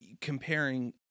comparing